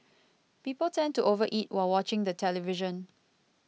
people tend to over eat while watching the television